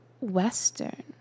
Western